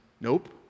nope